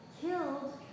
killed